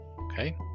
okay